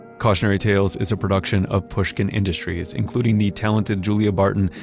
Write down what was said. cautionary tales is a production of pushkin industries, including the talented julia barton,